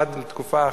עד לתקופה האחרונה,